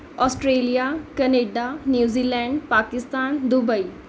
Australia Canada New Zealand Pakistan Dubai